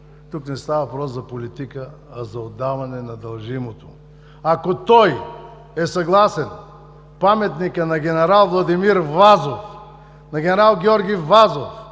Тук не става въпрос за политика, а за отдаване на дължимото. Ако той е съгласен паметникът на ген. Владимир Вазов, на ген. Георги Вазов,